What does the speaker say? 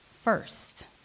first